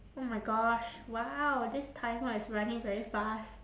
oh my gosh !wow! this timer is running very fast